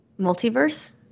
Multiverse